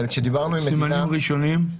סימנים ראשונים?